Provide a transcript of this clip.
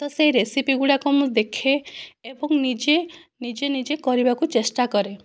ତ ସେହି ରେସିପି ଗୁଡ଼ାକ ମୁଁ ଦେଖେ ଏବଂ ନିଜେ ନିଜେ ନିଜେ କରିବାକୁ ଚେଷ୍ଟା କରେ